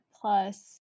plus